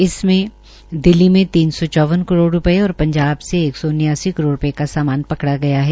इसमें दिल्ली में तीन सौ चौवन करोड़ रूपये और पंजाब में तीन सौ उन्यासी करोड़ रूपये का सामान पकड़ा गया है